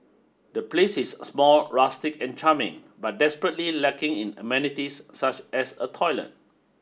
the place is small rustic and charming but desperately lacking in amenities such as a toilet